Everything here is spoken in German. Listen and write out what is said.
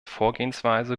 vorgehensweise